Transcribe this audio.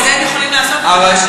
בגלל זה הם יכולים לעשות את זה.